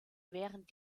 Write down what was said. während